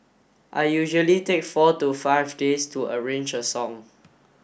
I usually take four to five days to arrange a song